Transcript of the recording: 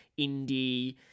indie